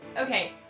okay